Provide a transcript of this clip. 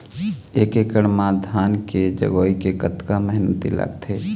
एक एकड़ म धान के जगोए के कतका मेहनती लगथे?